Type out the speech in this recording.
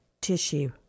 tissue